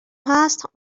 هست